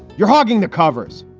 you're hogging the covers.